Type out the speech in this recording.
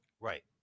Right